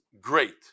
great